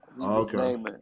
Okay